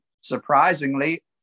surprisingly